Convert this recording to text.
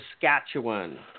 Saskatchewan